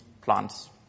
plants